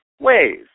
ways